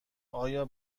آیا